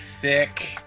thick